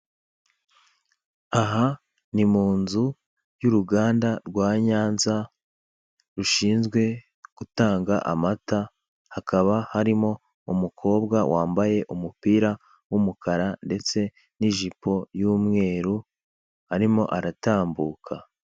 Aha ni mu nzu yabugenewe, inywerwamo amata ndetse n'imitobe itandukanye, hakaba harimo abantu batatu bari kunywera mu matase ndetse bicaye no ku ntebe z'umweru.